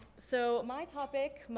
so my topic,